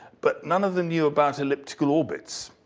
but none of them knew about elliptical orbits.